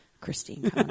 Christine